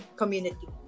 community